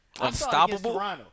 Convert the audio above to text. Unstoppable